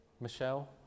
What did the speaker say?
Michelle